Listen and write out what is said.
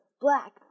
black